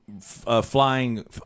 flying